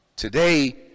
Today